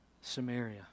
Samaria